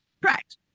Correct